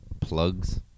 plugs